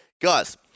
Guys